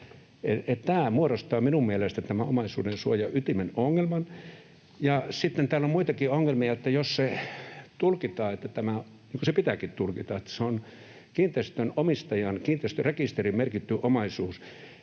Tämä muodostaa minun mielestäni tämän omaisuudensuojan ytimen ongelman. Sitten täällä on muitakin ongelmia, että jos se tulkitaan — niin kuin se pitääkin tulkita — että se on kiinteistönomistajan kiinteistörekisteriin merkitty omaisuus,